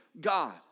God